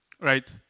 right